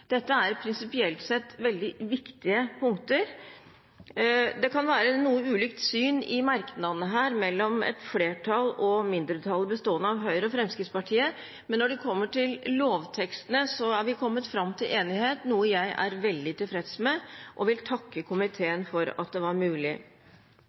Dette er prinsipielt sett veldig viktige punkter. Det kan være noe ulikt syn i merknadene her mellom et flertall og mindretallet, bestående av Høyre og Fremskrittspartiet, men når det kommer til lovtekstene, er vi kommet fram til enighet, noe jeg er veldig tilfreds med, og vil takke